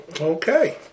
Okay